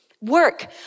Work